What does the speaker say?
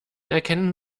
erkennen